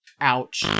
Ouch